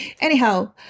anyhow